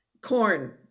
corn